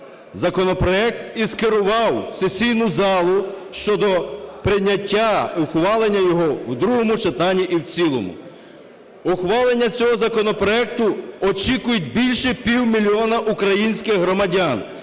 законопроект і скерував у сесійну залу щодо прийняття і ухвалення його в другому читанні і в цілому. Ухвалення цього законопроекту очікують більше півмільйона українських громадян,